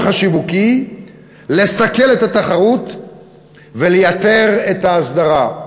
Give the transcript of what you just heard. השיווקי לסכל את התחרות ולייתר את ההסדרה.